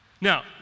Now